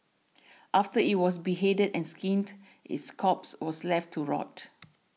after it was beheaded and skinned its corpse was left to rot